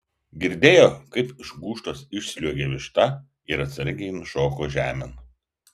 girdėjo kaip iš gūžtos išsliuogė višta ir atsargiai nušoko žemėn